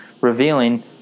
revealing